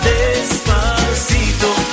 Despacito